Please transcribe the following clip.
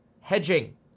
hedging